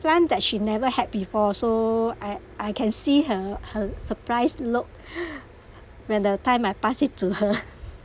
plant that she never had before so I I can see her her surprised look when the time I pass it to her